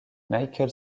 michael